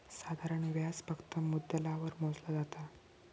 साधारण व्याज फक्त मुद्दलावर मोजला जाता